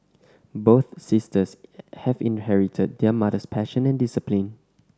both sisters have inherited their mother's passion and discipline